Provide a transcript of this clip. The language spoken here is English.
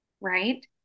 right